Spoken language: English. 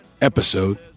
episode